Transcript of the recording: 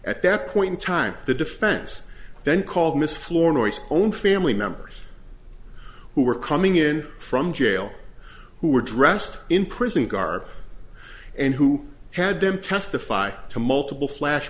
at that point in time the defense then called miss flora noice own family members who were coming in from jail who were dressed in prison garb and who had them testify to multiple flash